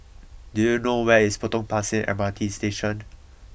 do you know where is Potong Pasir M R T Station